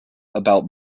about